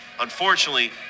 unfortunately